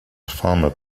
farmer